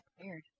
Weird